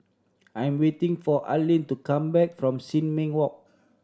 I am waiting for Arleen to come back from Sin Ming Walk